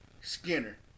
Skinner